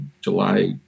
July